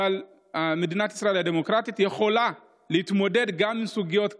מדינת ישראל הדמוקרטית יכולה להתמודד גם עם סוגיות כאלה,